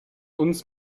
uns